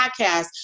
podcast